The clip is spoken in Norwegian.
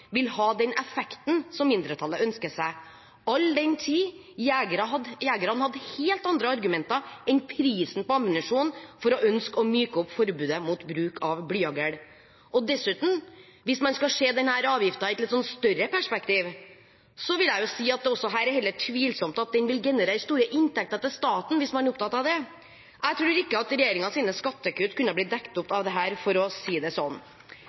vil ha den effekten som mindretallet ønsker seg, all den tid jegerne hadde helt andre argumenter enn prisen på ammunisjon for å ønske å myke opp forbudet mot bruk av blyhagl. Dessuten: Hvis man skal se denne avgiften i et litt større perspektiv, vil jeg si at det er heller tvilsomt at den vil generere store inntekter til staten, hvis man er opptatt av det. Jeg tror ikke regjeringens skattekutt kunne blitt dekket opp av dette, for å si det sånn.